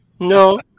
No